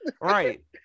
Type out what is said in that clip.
Right